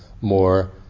more